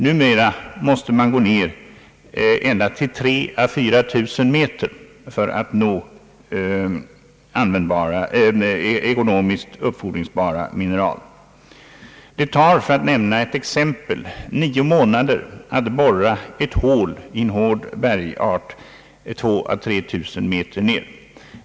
Numera måste man gå ned ända till 3 000 å 4000 meter för att nå ekonomiskt utvinningsbara mineral. Det tar för att nämna ett exempel nio månader att borra ett hål i en hård bergart 2 000 å 3000 meter ned.